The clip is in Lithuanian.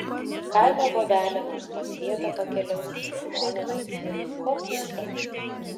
kaimo bobelė nors po svietą pakeliaus žmones ko pykstat